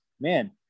man